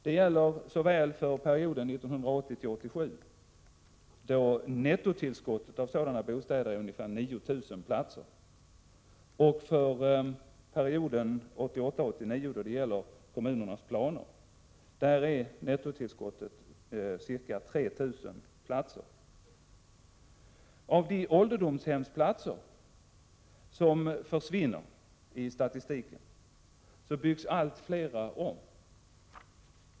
Det gäller såväl för perioden 1980-1987, då nettotillskottet av sådana bostäder var ungefär 9 000 platser, som för perioden 1988-1989 då det gäller kommunernas planer, där nettotillskottet är ca 3 000 platser. Av de ålderdomshemsplatser som försvinner i statistiken byggs allt fler om.